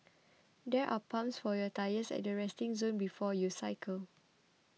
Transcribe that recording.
there are pumps for your tyres at the resting zone before you cycle